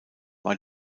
war